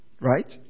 right